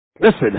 Listen